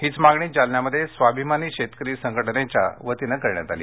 हीच मागणी जालन्यामध्ये स्वाभिमानी शेतकरी संघटनेच्या वतीनं करण्यात आली